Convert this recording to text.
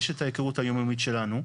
יש את ההיכרות היום יומית שלנו.